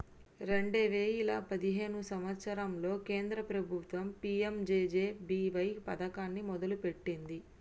రెండే వేయిల పదిహేను సంవత్సరంలో కేంద్ర ప్రభుత్వం పీ.యం.జే.జే.బీ.వై పథకాన్ని మొదలుపెట్టింది